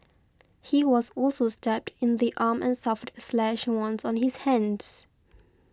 he was also stabbed in the arm and suffered slash wounds on his hands